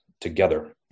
together